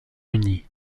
unies